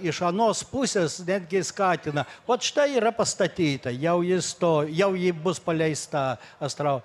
iš anos pusės netgi skatina ot štai yra pastatyta jau jis to jau ji bus paleista astrav